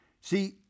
see